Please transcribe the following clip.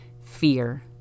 fear